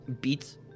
beats-